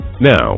Now